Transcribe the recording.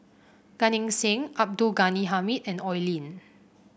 Gan Eng Seng Abdul Ghani Hamid and Oi Lin